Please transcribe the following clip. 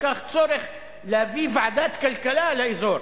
לקח צורך להביא ועדת כלכלה לאזור